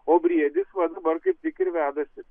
o briedis va dabar kaip tik ir vedasi